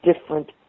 different